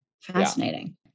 Fascinating